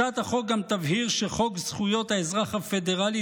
הצעת החוק גם תבהיר שחוק זכויות האזרח הפדרלי,